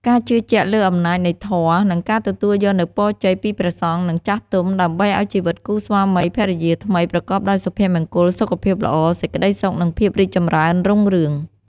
ការជឿជាក់លើអំណាចនៃធម៌ និងការទទួលយកនូវពរជ័យពីព្រះសង្ឃ និងចាស់ទុំ ដើម្បីឲ្យជីវិតគូស្វាមីភរិយាថ្មីប្រកបដោយសុភមង្គល សុខភាពល្អ សេចក្តីសុខ និងភាពរីកចម្រើនរុងរឿង។